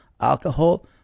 alcohol